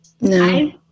no